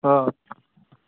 ꯍꯣꯏ ꯍꯣꯏ